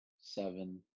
seven